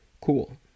cool